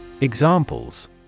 Examples